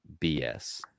BS